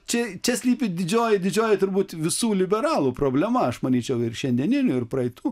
čia čia slypi didžioji didžioji turbūt visų liberalų problema aš manyčiau ir šiandieninių ir praeitų